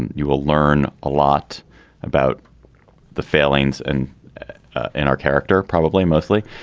and you will learn a lot about the failings and in our character probably mostly